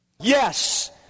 Yes